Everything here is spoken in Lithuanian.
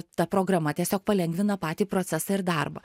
ta programa tiesiog palengvina patį procesą ir darbą